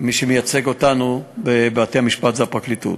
כי מי שמייצג אותנו בבתי-המשפט זה הפרקליטות.